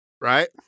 Right